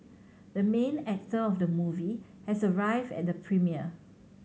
the main actor of the movie has arrived at the premiere